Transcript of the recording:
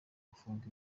gufunga